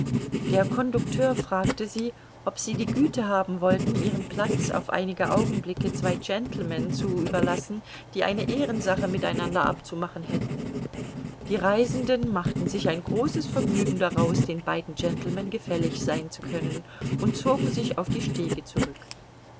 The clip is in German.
der conducteur fragte sie ob sie die güte haben wollten ihren platz auf einige augenblicke zwei gentlemen zu überlassen die eine ehrensache mit einander abzumachen hätten die reisenden machten sich ein großes vergnügen daraus den beiden gentlemen gefällig sein zu können und zogen sich auf die stege zurück